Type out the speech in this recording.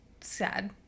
sad